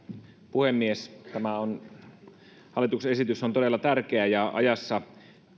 puhemies tämä hallituksen esitys on todella tärkeä ja ajassa